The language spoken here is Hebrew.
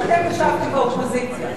כשאתם ישבתם באופוזיציה,